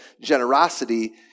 generosity